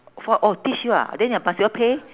four oh teach you ah then ya must you all pay